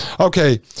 Okay